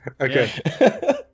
Okay